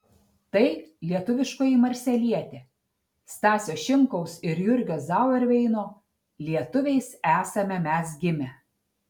tai lietuviškoji marselietė stasio šimkaus ir jurgio zauerveino lietuviais esame mes gimę